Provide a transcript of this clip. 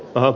aho